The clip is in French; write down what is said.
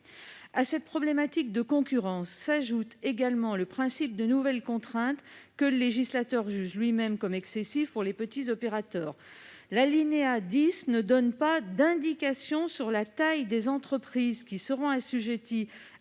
À cette problématique de concurrence s'ajoute également le principe de nouvelles contraintes que le législateur juge lui-même excessives pour les petits opérateurs. L'alinéa 10 du présent article ne donne pas d'indication sur la taille des entreprises assujetties à